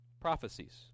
Prophecies